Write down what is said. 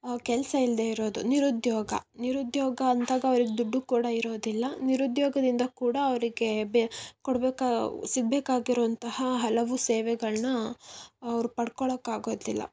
ಕೆಲಸ ಇಲ್ಲದೇ ಇರೋದು ನಿರುದ್ಯೋಗ ನಿರುದ್ಯೋಗ ಅಂದಾಗ ಅವ್ರಿಗೆ ದುಡ್ಡು ಕೂಡ ಇರೋದಿಲ್ಲ ನಿರುದ್ಯೋಗದಿಂದ ಕೂಡ ಅವರಿಗೆ ಬೇ ಕೊಡಬೇಕಾ ಸಿಗಬೇಕಾಗಿರುವಂತಹ ಹಲವು ಸೇವೆಗಳನ್ನ ಅವ್ರು ಪಡ್ಕೊಳ್ಳೋಕ್ ಆಗೋದಿಲ್ಲ